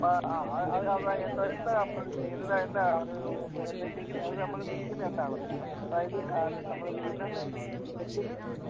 ആ ആ അത് അത് എന്താ എന്താ നമ്മൾ ഇത് ചെയ്യുന്നത് എന്താ അത് എന്തെങ്കിലും അത് നമ്മൾ വിരിക്കുന്ന എന്താത് അതായത് നമ്മൾ ചെയ്യുന്ന സ്റ്റെപ്പിന്